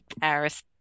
Paris